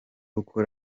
uko